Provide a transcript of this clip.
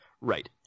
Right